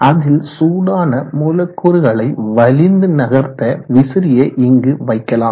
அதில் சூடான மூலக்கூறுகளை வலிந்து நகர்த்த விசிறியை இங்கு வைக்கலாம்